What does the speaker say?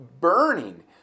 burning